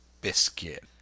biscuit